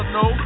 no